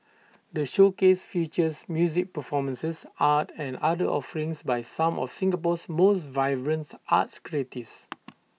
the showcase features music performances art and other offerings by some of Singapore's most vibrants arts creatives